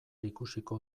ikusiko